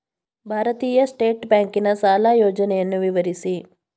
ಭಾರತೀಯ ಸ್ಟೇಟ್ ಬ್ಯಾಂಕಿನ ಸಾಲ ಯೋಜನೆಯನ್ನು ವಿವರಿಸಿ?